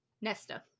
Nesta